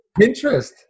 Pinterest